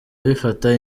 bifata